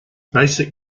basic